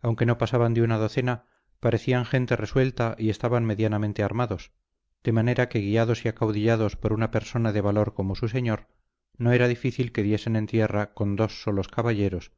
aunque no pasaban de una docena parecían gente resuelta y estaban medianamente armados de manera que guiados y acaudillados por una persona de valor como su señor no era difícil que diesen en tierra con dos solos caballeros